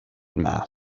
mass